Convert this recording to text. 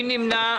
מי נמנע?